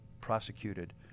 prosecuted